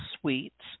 Suites